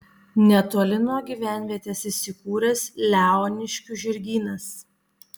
netoli nuo gyvenvietės įsikūręs leoniškių žirgynas